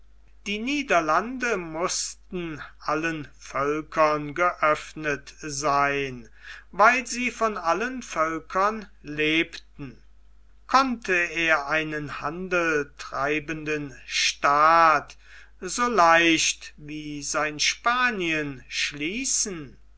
die niederlande mußten allen völkern geöffnet sein weil sie von allen völkern lebten konnte er einen handeltreibenden staat so leicht wie sein spanien schließen